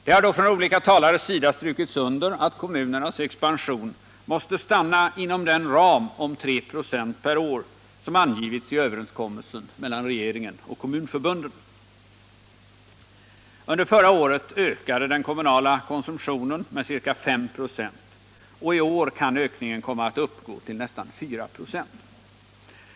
Det har från olika talares sida strukits under att kommunernas expansion måste stanna inom den ram om 3 26 per år som angivits i överenskommelsen mellan regeringen och kommunförbunden. Under förra året ökade den kommunala konsumtionen med ca 5 96, och i år kan ökningen komma att uppgå till nästan 4 26.